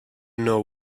know